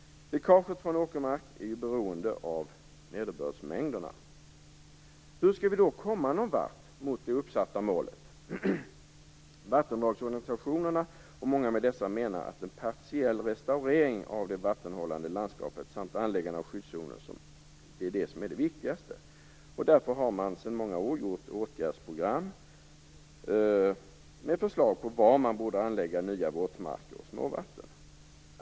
Läckaget från åkermark är ju beroende av nederbördsmängderna. Hur skall vi då komma någon vart mot det uppsatta målet? Vattendragsorganisationerna och många med dessa menar att en partiell restaurering av det vattenhållande landskapet samt anläggande av skyddszoner är det viktigaste. Därför har man sedan många år gjort åtgärdsprogram med förslag om var det borde anläggas nya våtmarker och småvatten.